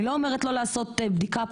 אני לא אומרת לא לעשות בדיקה פרטנית.